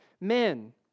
men